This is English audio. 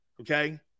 okay